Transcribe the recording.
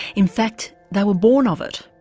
in fact they were born of it.